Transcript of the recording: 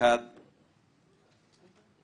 שכמה חברי כנסת ילכו לשם לביקור אם יזמינו אותנו.